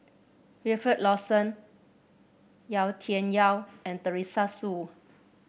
Wilfed Lawson Yau Tian Yau and Teresa Hsu